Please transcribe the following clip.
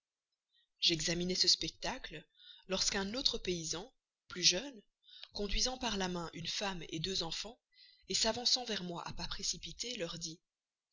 j'examinais ce spectacle lorsqu'un autre paysan plus jeune conduisant par la main une femme deux enfants s'avançant vers moi à pas précipités leur dit